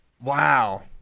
Wow